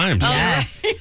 yes